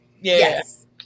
Yes